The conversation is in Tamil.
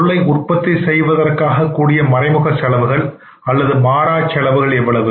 பொருளை உற்பத்தி செய்வதற்காககூடிய மறைமுக செலவுகள் அல்லது மாறாச்செலவுகள் எவ்வளவு